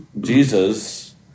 Jesus